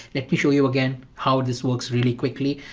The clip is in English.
let me show you again how this works really quickly.